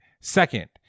second